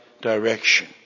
direction